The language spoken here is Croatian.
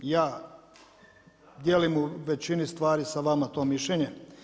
Ja dijelim u većini stvari sa vama to mišljenje.